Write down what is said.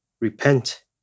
repent